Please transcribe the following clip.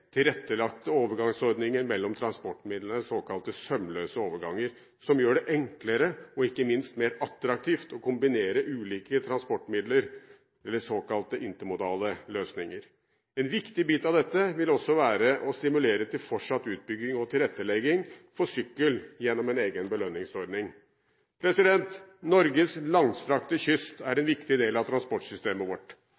tilrettelagte overgangsordninger mellom transportmidler, såkalte sømløse overganger, som gjør det enklere og ikke minst mer attraktivt å kombinere ulike transportmidler, såkalte intermodale løsninger. En viktig bit av dette vil også være å stimulere til fortsatt utbygging og tilrettelegging for sykkel gjennom en egen belønningsordning. Norges langstrakte kyst er